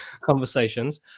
conversations